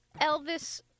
Elvis